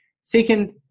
Second